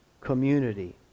community